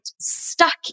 stuck